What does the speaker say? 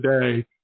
today